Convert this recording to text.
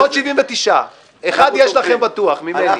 עוד 79. אחד יש לכם בטוח, ממני.